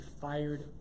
fired